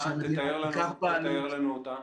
תתאר לנו אותה.